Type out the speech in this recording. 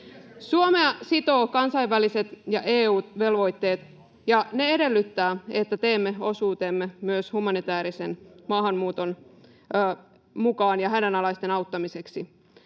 Suomea sitovat kansainväliset ja EU-velvoitteet, ja ne edellyttävät, että teemme osuutemme myös humanitäärisen maahanmuuton eteen ja hädänalaisten auttamiseksi.